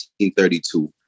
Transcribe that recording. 1932